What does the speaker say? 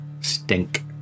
stink